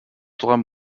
drum